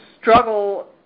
struggle